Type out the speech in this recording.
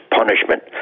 punishment